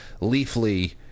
Leafly